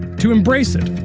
to embrace it.